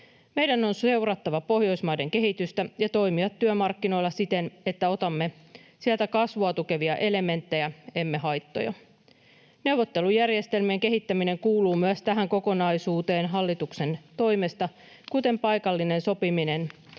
Meidän on seurattava Pohjoismaiden kehitystä ja toimia työmarkkinoilla siten, että otamme sieltä kasvua tukevia elementtejä, emme haittoja. Neuvottelujärjestelmien kehittäminen kuuluu myös tähän kokonaisuuteen hallituksen toimesta, kuten paikallinen sopiminen,